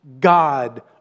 God